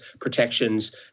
protections